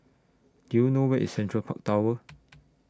Do YOU know Where IS Central Park Tower